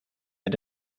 had